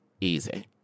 easy